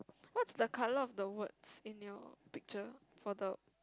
what's the colour of the words in your picture for the